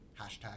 hashtag